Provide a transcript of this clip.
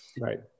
Right